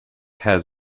has